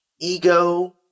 ego